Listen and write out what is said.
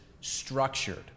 structured